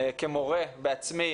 כמורה בעצמי,